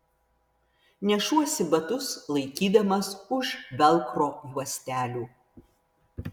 nešuosi batus laikydamas už velkro juostelių